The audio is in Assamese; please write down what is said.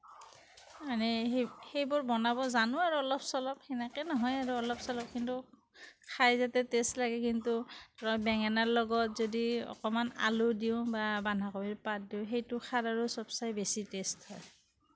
মানে সেই সেইবোৰ বনাব জানোঁ আৰু অলপ চলপ সেনেকে নহয় আৰু অলপ চলপ কিন্তু খাই যাতে টেষ্ট লাগে কিন্তু বেঙেনাৰে লগত যদি অকণমান আলু দিওঁ বা বন্ধাকবিৰ পাত দিওঁ সেইটো খাৰ আৰু সবচে বেছি টেষ্ট হয়